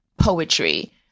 poetry